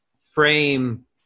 frame